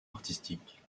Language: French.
artistique